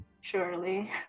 surely